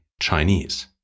Chinese